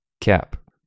Cap